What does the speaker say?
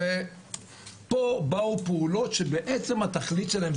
ופה באו פעולות שהתכלית שלהן,